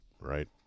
right